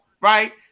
right